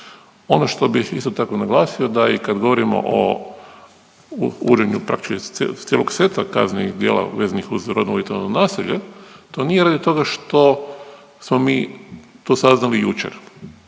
Ono što bih isto tako naglasio je da i kad govorimo o uvođenju praktički cijelog seta kaznenih djela vezanih uz rodno uvjetovano nasilje, to nije radi toga što smo mi to saznali jučer.